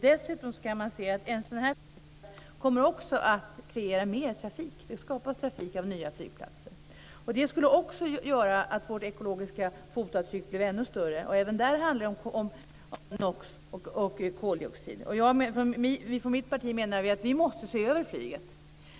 Dessutom kommer en sådan här flygplats att kreera mer trafik. Nya flygplatser skapar trafik. Det skulle också göra att vårt ekologiska fotavtryck blev ännu större. Även där handlar det om NOX och koldioxid. Från mitt parti menar vi att vi måste se över flyget.